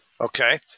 Okay